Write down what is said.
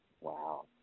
Wow